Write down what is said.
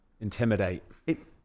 intimidate